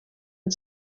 and